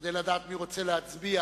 כדי לדעת מי רוצה לנאום,